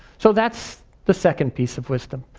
so that's the second piece of wisdom.